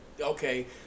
okay